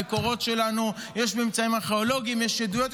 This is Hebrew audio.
המקורות שלנו, יש ממצאים ארכיאולוגיים, יש עדויות.